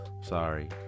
Sorry